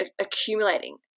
accumulating